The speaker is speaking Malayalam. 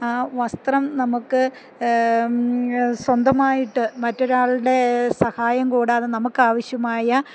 ആ വസ്ത്രം നമുക്ക് സ്വന്തമായിട്ട് മറ്റൊരാളുടെ സഹായം കൂടാതെ നമുക്ക് ആവശ്യമായ